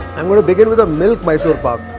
i'm going to begin with the milk mysore pak.